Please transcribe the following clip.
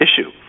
issue